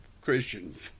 Christians